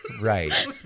right